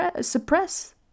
suppress